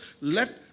let